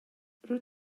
rwyt